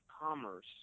commerce